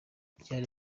byari